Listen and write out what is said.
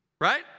right